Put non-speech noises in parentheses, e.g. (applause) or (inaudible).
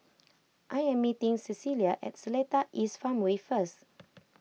(noise) I am meeting Cecilia at Seletar East Farmway first (noise)